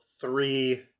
three